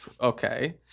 Okay